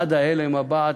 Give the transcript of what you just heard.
עד ההלם הבא,